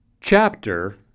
Chapter